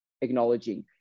acknowledging